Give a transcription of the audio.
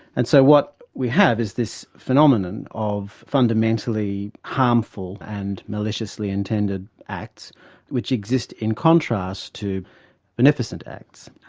and so what we have is this phenomenon of fundamentally harmful and maliciously intended acts which exist in contrast to beneficent acts.